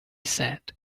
said